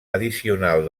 addicional